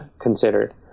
considered